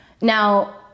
now